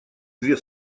две